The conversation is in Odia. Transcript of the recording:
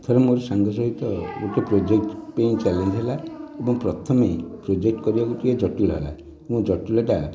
ଥରେ ମୋର ସାଙ୍ଗ ସହିତ ଗୋଟେ ପ୍ରୋଜେକ୍ଟ୍ ପାଇଁ ଚ୍ୟାଲେଞ୍ଜ୍ ହେଲା ଏବଂ ପ୍ରଥମେ ପ୍ରୋଜେକ୍ଟ୍ କରିବାକୁ ଟିକିଏ ଜଟିଳ ହେଲା ମୋ ଜଟିଳତା